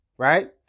right